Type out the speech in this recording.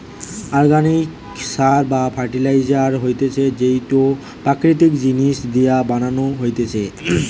organic সার বা fertiliser হতিছে যেইটো প্রাকৃতিক জিনিস দিয়া বানানো হতিছে